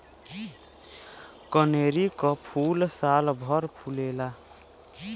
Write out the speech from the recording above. कनेरी के फूल सालभर फुलेला